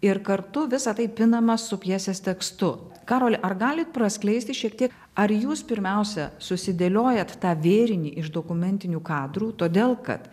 ir kartu visa tai pinama su pjesės tekstu karoli ar galit praskleisti šiek tiek ar jūs pirmiausia susidėliojat tą vėrinį iš dokumentinių kadrų todėl kad